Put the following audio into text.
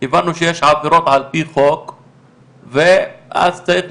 הבנו שיש עבירות על פי חוק ואז צריך